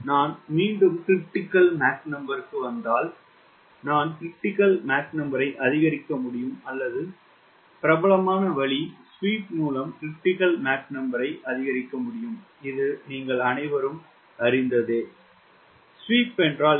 நான் மீண்டும் 𝑀CR க்கு வந்தால் நான் MCR அதிகரிக்க முடியும் அல்லது பிரபலமான வழி ஸ்வீப் மூலம் MCR அதிகரிக்க முடியும் இது நீங்கள் அனைவரும் அறிந்ததே ஸ்வீப் என்றால் என்ன